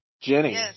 Jenny